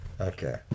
Okay